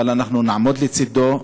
אבל אנחנו נעמוד לצדו,